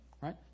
Right